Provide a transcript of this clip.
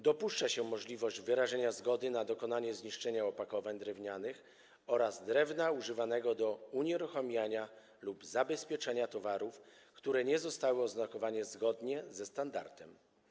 Dopuszcza się też możliwość wyrażenia zgody na dokonanie zniszczenia opakowań drewnianych oraz drewna używanego do unieruchamiania lub zabezpieczania towarów, które nie zostały oznakowane zgodnie ze standardem.